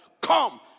come